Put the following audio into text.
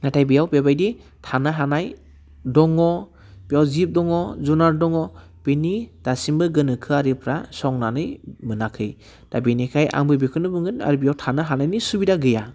नाथाय बेयाव बेबायदि थानो हानाय दङ बेयाव जिब दङ जुनाद दङ बेनि दासिमबो गोनोखोआरिफ्रा संनानै मोनाखै दा बेनिखाय आंबो बेखौनो बुंगोन आरो बेयाव थानो हानायनि सुबिदा गैया